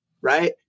right